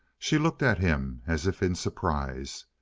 she looked at him as if in surprise.